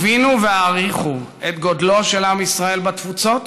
הבינו והעריכו הן את גודלו של עם ישראל בתפוצות